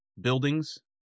buildings